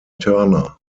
turner